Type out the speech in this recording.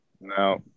No